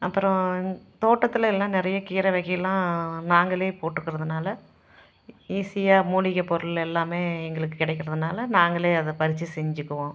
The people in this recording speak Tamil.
அப்புறம் தோட்டத்தில் எல்லாம் நிறைய கீரை வகைலாம் நாங்களே போட்டுக்கறதுனால் ஈஸியாக மூலிகை பொருள் எல்லாமே எங்களுக்குக் கிடைக்கிறதுனால நாங்களே அதை பறித்து செஞ்சுக்குவோம்